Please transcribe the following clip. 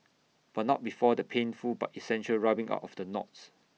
but not before the painful but essential rubbing out of the knots